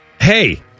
hey